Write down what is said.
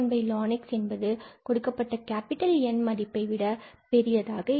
Ln𝜖ln𝑥 என்பது கொடுக்கப்பட்ட N மதிப்பை விட பெரியதாக இருக்கும்